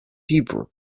hebrew